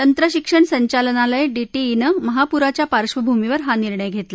तंत्रशिक्षण संचालनालय डीटीईनं महापुराच्या पार्श्वभूमीवर हा निर्णय घेतला